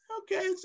okay